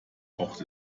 braucht